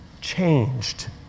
changed